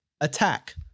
Attack